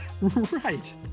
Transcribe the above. Right